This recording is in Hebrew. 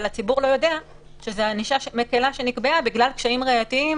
אבל הציבור לא יודע שזו ענישה מקלה שנקבעה בגלל קשיים ראייתיים